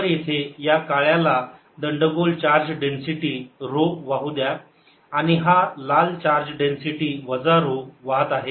तर येथे या काळ्याला दंडगोल चार्ज डेन्सिटी ऱ्हो वाहू द्या आणि हा लाल चार्ज डेन्सिटी वजा ऱ्हो वाहत आहे